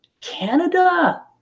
Canada